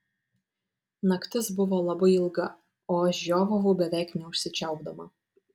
naktis buvo labai ilga o aš žiovavau beveik neužsičiaupdama